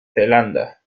zelanda